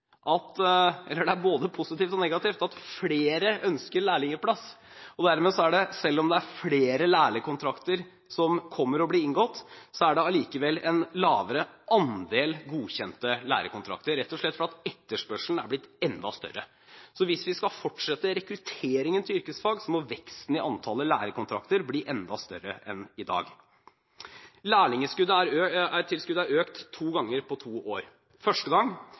det er både positivt og negativt – at flere ønsker lærlingplass, og dermed er det, selv om det er flere lærekontrakter som blir inngått, likevel en lavere andel godkjente lærekontrakter, rett og slett fordi etterspørselen er blitt enda større. Så hvis vi skal fortsette rekrutteringen til yrkesfag, må veksten i antallet lærekontrakter bli enda større enn i dag. Lærlingtilskuddet er økt to ganger på to år, første gang